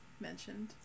mentioned